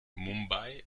mumbai